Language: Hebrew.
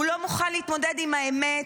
הוא לא מוכן להתמודד עם האמת.